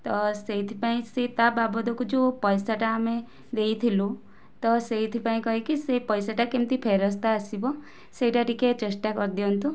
ତ ସେଇଥିପାଇଁ ସେ ତା ବାବଦକୁ ଯେଉଁ ପଇସାଟା ଆମେ ଦେଇଥିଲୁ ତ ସେଇଥିପାଇଁ କହିକି ସେଇ ପଇସାଟା କେମିତି ଫେରସ୍ତ ଆସିବ ସେଇଟା ଟିକିଏ ଚେଷ୍ଟା କରିଦିଅନ୍ତୁ